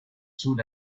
soon